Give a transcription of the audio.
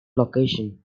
location